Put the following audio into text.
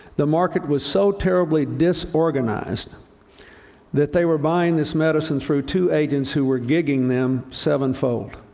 the market was so terribly disorganized that they were buying this medicine through two agents who were gigging them sevenfold.